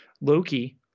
Loki